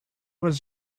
was